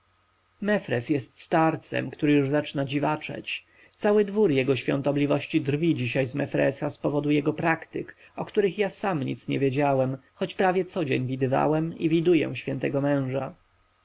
mefres jest starcem który już zaczyna dziwaczeć cały dwór jego świątobliwości drwi dziś z mefresa z powodu jego praktyk o których ja sam nic nie wiedziałem choć prawie codzień widywałem i widuję świętego męża